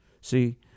See